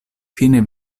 fine